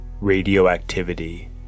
Radioactivity